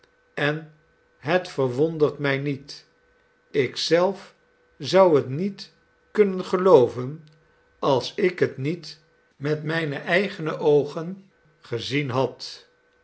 en het verwondert mij niet ik zelf zou het niet kunnen gelooven als ik het niet met mijne eigene oogen gezien had